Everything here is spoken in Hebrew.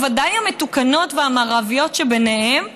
בוודאי המתוקנות והמערביות שביניהן,